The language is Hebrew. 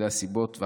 ואחת הבולטות